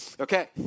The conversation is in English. Okay